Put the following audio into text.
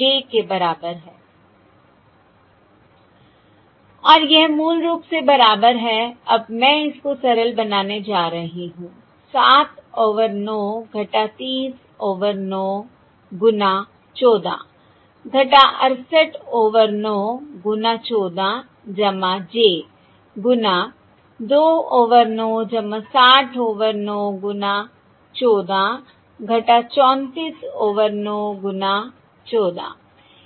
j के बराबर है I और यह मूल रूप से बराबर है अब मैं इस को सरल बनाने जा रही हूं 7 ओवर 9 - 30 ओवर 9 गुना14 - 68 ओवर 9 गुना 14 j गुना 2 ओवर 9 60 ओवर 9 गुना 14 - 34 ओवर 9 गुना 14